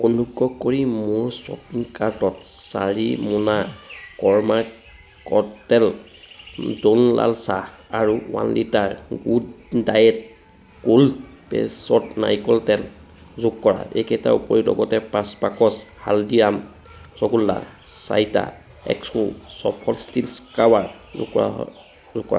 অনুগ্ৰহ কৰি মোৰ শ্বপিং কাৰ্টত চাৰি মোনা কৰ্মা কেট্ল ড'ন লাল চাহ আৰু one litre good diet cold pressed নাৰিকল তেল যোগ কৰা এইকেইটাৰ উপৰিও লগতে পাঁচ বাকচ হালদিৰাম ৰাসগোল্লা চাৰিটা এক্সো চফল ষ্টীল স্ক্ৰাবাৰ যোগ কৰা